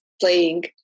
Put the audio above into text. playing